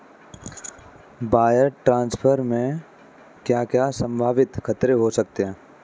Wire transfer में क्या क्या संभावित खतरे हो सकते हैं?